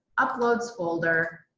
uploads folder